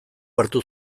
hartu